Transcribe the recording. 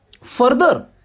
Further